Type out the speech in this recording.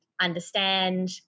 understand